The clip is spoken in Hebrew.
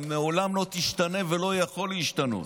אתה לעולם לא תשתנה ולא יכול להשתנות,